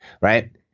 Right